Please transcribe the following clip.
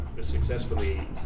successfully